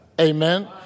Amen